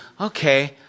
okay